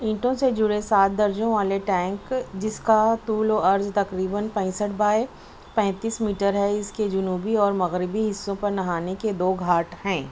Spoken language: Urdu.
اینٹوں سے جڑے سات درجوں والے ٹینک جس کا طول و عرض تقریباً پینسٹھ بائی پینتس میٹر ہے اس کے جنوبی اور مغربی حِصّوں پر نہانے کے دو گھاٹ ہیں